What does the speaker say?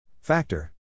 Factor